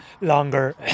longer